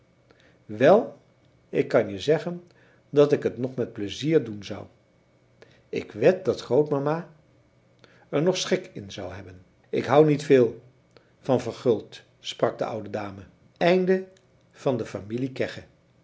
wel ik kan je zeggen dat ik het nog met pleizier doen zou ik wed dat grootmama er nog schik in zou hebben ik hou niet veel van verguld sprak de oude dame